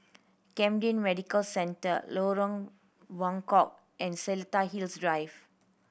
Cmden Medical Centre Lorong Buangkok and Seletar Hills Drive